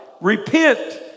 repent